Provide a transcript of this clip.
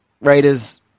Raiders